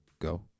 Go